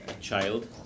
child